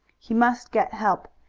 he must get help,